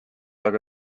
aga